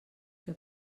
que